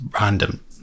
random